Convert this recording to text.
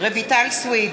רויטל סויד,